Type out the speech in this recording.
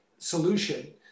solution